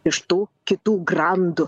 iš tų kitų grandų